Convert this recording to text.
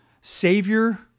savior